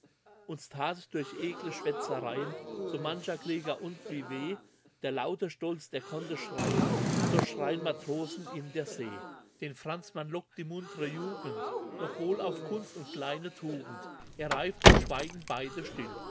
uns that durch ekle schwätzereien so mancher krieger und wie weh der alute stolz der konnte schreien so schreien matrosen in der see den franzmann lockt die muntre jugend noch wohl auf kunst und kleine tugend er reift nun schweigen beide still